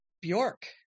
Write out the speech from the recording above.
Bjork